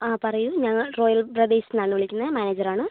ആ പറയൂ ഞങ്ങൾ റോയൽ ബ്രദേഴ്സിൽ നിന്നാണ് വിളിക്കുന്നത് മാനേജർ ആണ്